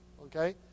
Okay